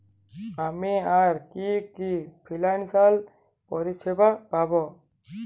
আমি আর কি কি ফিনান্সসিয়াল পরিষেবা পাব?